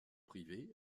privé